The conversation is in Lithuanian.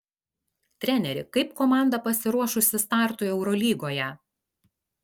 treneri kaip komanda pasiruošusi startui eurolygoje